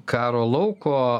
karo lauko